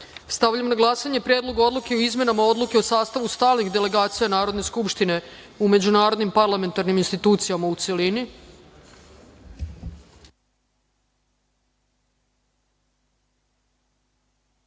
odluke. Stavljam na glasanje Predlog odluke o izmenama Odluke o sastavu stalnih delegacija Narodne skupštine u međunarodnim parlamentarnim institucijama, u